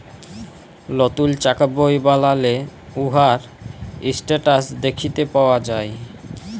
লতুল চ্যাক বই বালালে উয়ার ইসট্যাটাস দ্যাখতে পাউয়া যায়